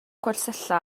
gwersylla